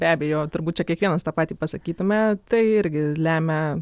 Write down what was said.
be abejo turbūt čia kiekvienas tą patį pasakytume tai irgi lemia